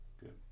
Good